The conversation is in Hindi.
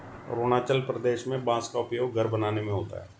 अरुणाचल प्रदेश में बांस का उपयोग घर बनाने में होता है